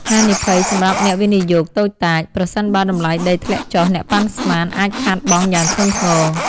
ហានិភ័យសម្រាប់អ្នកវិនិយោគតូចតាច: ប្រសិនបើតម្លៃដីធ្លាក់ចុះ អ្នកប៉ាន់ស្មាន អាចខាតបង់យ៉ាងធ្ងន់ធ្ងរ។